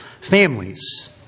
families